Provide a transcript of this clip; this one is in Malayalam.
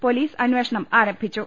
പൊലീസ് അന്വേഷണം ആരംഭിച്ചു